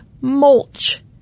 mulch